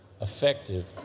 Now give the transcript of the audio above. effective